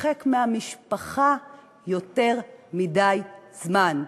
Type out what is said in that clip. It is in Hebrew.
להתרחק מהמשפחה יותר מדי זמן,